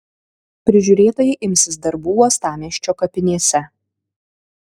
prižiūrėtojai imsis darbų uostamiesčio kapinėse